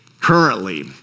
currently